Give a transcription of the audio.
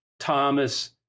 Thomas